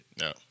No